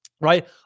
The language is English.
right